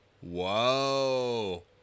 Whoa